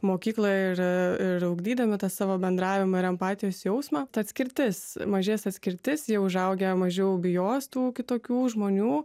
mokyklą ir ir ugdydami savo bendravimą ir empatijos jausmą ta atskirtis mažės atskirtis jie užaugę mažiau bijos tų kitokių žmonių